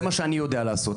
זה מה שאני יודע לעשות.